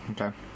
Okay